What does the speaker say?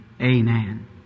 Amen